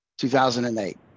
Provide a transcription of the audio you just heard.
2008